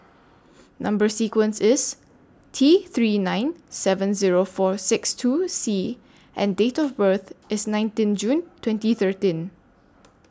Number sequence IS T three nine seven Zero four six two C and Date of birth IS nineteen June twenty thirteen